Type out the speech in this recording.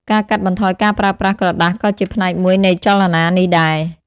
ការកាត់បន្ថយការប្រើប្រាស់ក្រដាសក៏ជាផ្នែកមួយនៃចលនានេះដែរ។